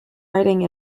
riding